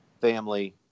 family